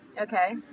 Okay